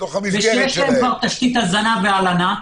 שיש להם כבר תשתית הזנה והלנה,